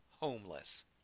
Homeless